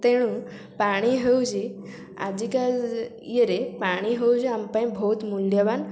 ତେଣୁ ପାଣି ହେଉଛି ଆଜିକା ଇଏରେ ପାଣି ହେଉଛି ଆମ ପାଇଁ ବହୁତ ମୂଲ୍ୟବାନ